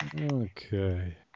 Okay